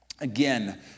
again